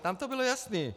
Tam to bylo jasné.